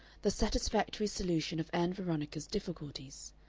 the satisfactory solution of ann veronica's difficulties.